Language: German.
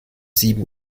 sieben